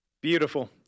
Beautiful